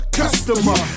customer